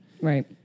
right